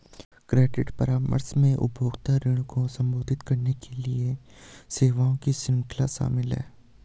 credit परामर्श में उपभोक्ता ऋण को संबोधित करने के लिए सेवाओं की श्रृंखला शामिल है